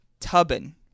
Tubin